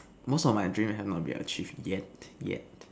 most of my dream have not been achieved yet yet